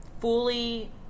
fully